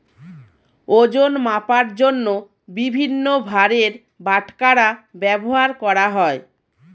ওজন মাপার জন্য বিভিন্ন ভারের বাটখারা ব্যবহার করা হয়